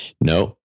No